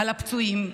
על הפצועים,